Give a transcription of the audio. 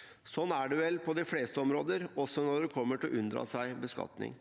utlandet samt kryptovaluta råder, også når det gjelder å unndra seg beskatning.